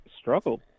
struggled